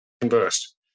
conversed